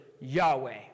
Yahweh